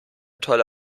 tolle